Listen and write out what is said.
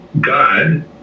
god